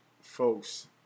folks